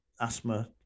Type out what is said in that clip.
asthma